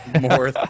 More